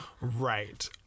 Right